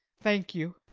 thank you.